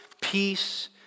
peace